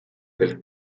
del